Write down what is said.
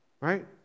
right